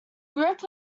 group